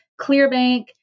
ClearBank